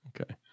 Okay